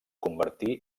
convertí